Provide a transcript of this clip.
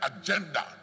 agenda